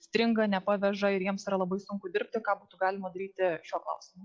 stringa nepaveža ir jiems yra labai sunku dirbti ką būtų galima daryti šiuo klausimu